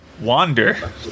Wander